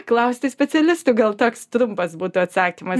klausti specialistų gal toks trumpas būtų atsakymas